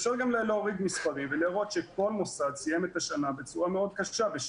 אפשר גם להוריד מספרים ולראות שכל מוסד סיים את השנה בצורה מאוד קשה,